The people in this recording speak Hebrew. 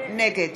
נגד